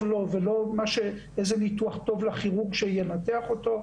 לו ולא הניתוח שטוב לכירורג שינתח אותו.